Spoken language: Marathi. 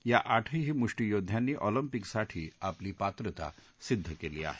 या आठही मुष्ठीयोद्ध्यांनी ऑलिंपिकसाठी आपली पात्रता सिद्ध केली आहे